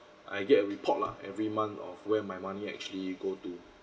I get report lah every month of where my money actually go to